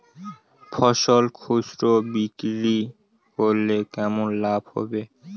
ফসল খুচরো বিক্রি করলে কেমন লাভ হবে?